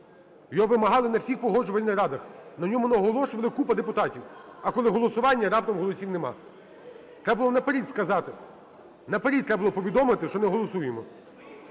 Його вимагали на всіх погоджувальних радах. На ньому наголошували купа депутатів. А коли голосування - раптом голосів нема. Треба було наперед сказати. Наперед треба було повідомити, що не голосуємо.